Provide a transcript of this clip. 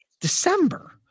December